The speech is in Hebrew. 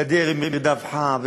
גדר עם מרדף חם,